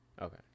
Okay